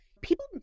people